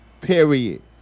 Period